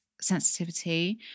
sensitivity